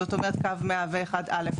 זאת אומרת קו 101 א',